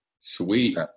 Sweet